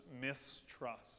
mistrust